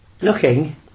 looking